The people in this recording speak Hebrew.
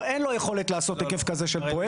אין לו יכולת לעשות היקף כזה של פרויקט.